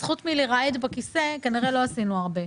חוץ מלרעוד בכיסא כנראה שלא עשינו הרבה.